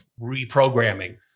reprogramming